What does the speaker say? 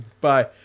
Bye